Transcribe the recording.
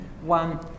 one